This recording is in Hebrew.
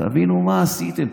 תבינו מה עשיתם,